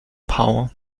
power